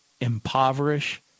impoverish